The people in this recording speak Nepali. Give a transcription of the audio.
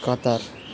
कतार